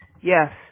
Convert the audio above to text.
Yes